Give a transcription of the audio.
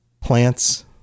plants